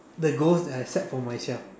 the goals that I set for myself